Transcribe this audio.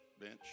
bench